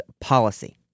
policy